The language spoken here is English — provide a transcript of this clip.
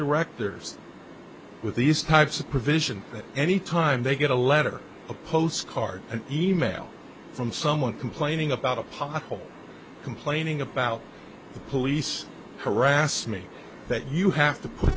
directors with these types of provision that any time they get a letter a postcard an e mail from someone complaining about a pothole complaining about the police harass me that you have to put